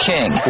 King